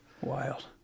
wild